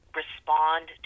respond